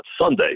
Sunday